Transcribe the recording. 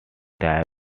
entire